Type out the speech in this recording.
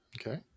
Okay